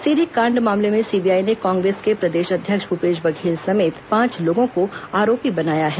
CD कांड मामले में सीबीआई ने कांग्रेस के प्रदेश अध्यक्ष भूपेश बघेल समेत पांच लोगों को आरोपी बनाया है